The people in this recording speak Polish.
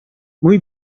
mój